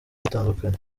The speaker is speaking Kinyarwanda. batandukanye